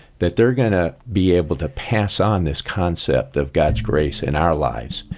that they're going to be able to pass on this concept of god's grace in our lives,